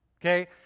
okay